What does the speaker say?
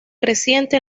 creciente